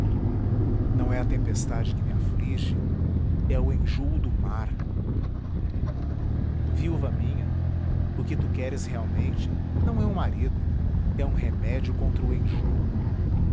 não é a tempestade que me aflige é o enjôo do mar viúva minha o que tu queres realmente não é um marido é um remédio contra o enjôo